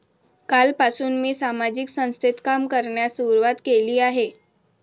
कालपासून मी सामाजिक संस्थेत काम करण्यास सुरुवात केली आहे